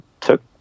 took